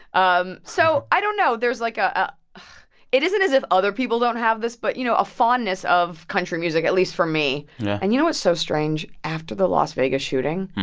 um so i don't know. there's like ah ah it it isn't as if other people don't have this, but, you know, a fondness of country music, at least for me yeah and you know what's so strange? after the las vegas shooting